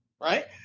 right